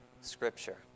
Scripture